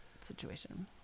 situation